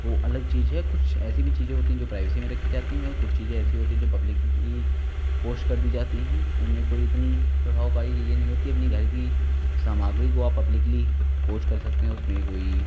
ओ अलग चीज है कुछ ऐसी भी चीज़ें होती हैं जो प्राइवेसी में रखी जाती हैं और कुछ चीज़ें ऐसी होती हैं जो पब्लिकली पोश्ट कर दी जाती हैं उनमें कोई इतनी प्रभावकारी चीज़ें नई होती अपनी घर की सामग्री को आप पब्लिकली पोश्ट कर सकते हैं उसमें कोई